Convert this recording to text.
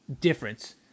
difference